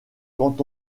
quand